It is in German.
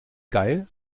geil